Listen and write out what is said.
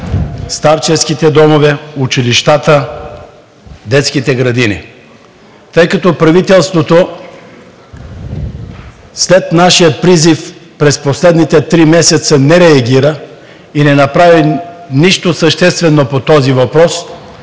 старческите домове, училищата, детските градини. Тъй като правителството след нашия призив през последните три месеца не реагира и не направи нищо съществено по този въпрос,